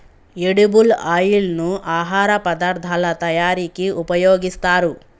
edible oil ను ఆహార పదార్ధాల తయారీకి ఉపయోగిస్తారు